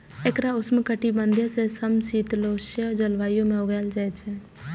एकरा उष्णकटिबंधीय सं समशीतोष्ण जलवायु मे उगायल जाइ छै